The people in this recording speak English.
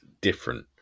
different